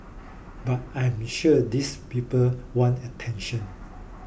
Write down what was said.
but I'm sure these people want attention